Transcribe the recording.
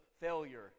failure